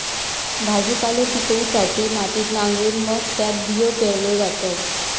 भाजीपालो पिकवूसाठी मातीत नांगरून मग त्यात बियो पेरल्यो जातत